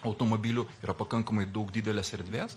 automobilių yra pakankamai daug didelės erdvės